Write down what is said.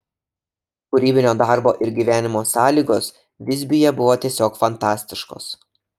kūrybinio darbo ir gyvenimo sąlygos visbiuje buvo tiesiog fantastiškos